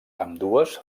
ambdues